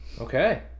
Okay